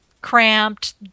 cramped